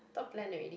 thought plan already